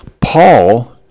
Paul